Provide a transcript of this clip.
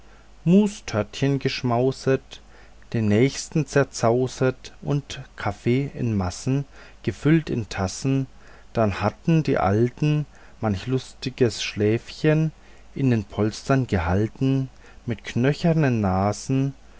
mustörtchen geschmauset den nächsten zerzauset und kaffee in massen gefüllt in die tassen dann hatten die alten manch lustiges schläfchen in den polstern gehalten mit knöchernen nasen